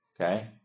Okay